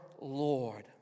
Lord